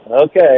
Okay